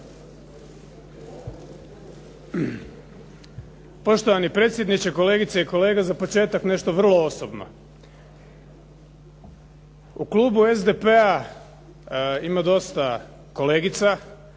Poštovani predsjedniče, kolegice i kolege. Za početak nešto vrlo osobno. U klubu SDP-a ima dosta kolegica